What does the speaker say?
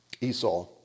Esau